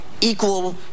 equal